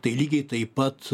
tai lygiai taip pat